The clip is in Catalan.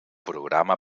programa